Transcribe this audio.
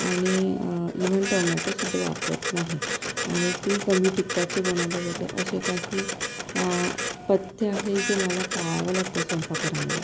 आणि even tomato सुद्धा वापरत नाही आणि ती कमी तिखटाची बनवल्या जाते असे काही पथ्य आहे जे मला पाळावे लागतात स्वयंपाक घरामध्ये